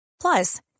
Plus